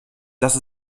dass